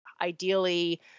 ideally